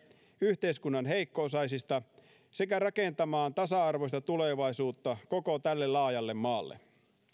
yhteiskunnan heikko osaisista sekä rakentamaan tasa arvoista tulevaisuutta koko tälle laajalle maalle